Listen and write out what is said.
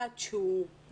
עד שהוא ינוע,